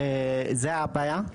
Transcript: זה הבעיה,